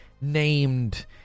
named